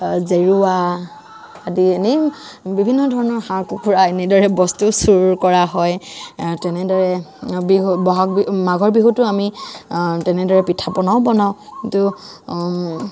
জেৰুৱা আদি এনেই বিভিন্ন ধৰণৰ হাঁহ কুকুৰা এনেদৰে বস্তু চুৰ কৰা হয় তেনেদৰে বিহু ব'হাগ বিহু মাঘৰ বিহুতো আমি তেনেদৰে পিঠা পনাও বনাওঁ কিন্তু